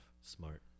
Smart